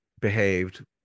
behaved